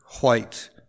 white